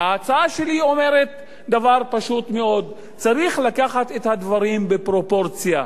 וההצעה שלי אומרת דבר פשוט מאוד: צריך לקחת את הדברים בפרופורציה.